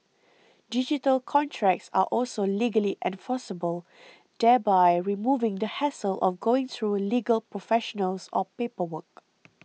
digital contracts are also legally enforceable thereby removing the hassle of going through legal professionals or paperwork